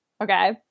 Okay